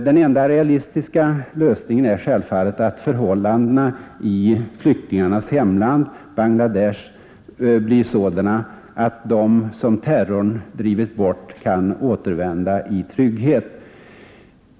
Den enda realistiska lösningen är självfallet att förhållandena i flyktingarnas hemland, Bangla Desh, blir sådana att de som terrorn drivit bort kan återvända i trygghet.